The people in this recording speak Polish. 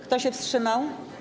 Kto się wstrzymał?